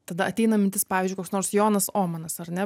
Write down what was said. tada ateina mintis pavyzdžiui koks nors jonas omanas ar ne